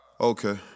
okay